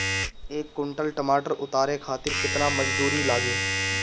एक कुंटल टमाटर उतारे खातिर केतना मजदूरी लागी?